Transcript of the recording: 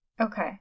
Okay